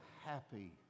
happy